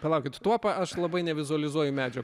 palaukit tuopa aš labai nevizualizuoju medžio